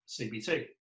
CBT